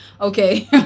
Okay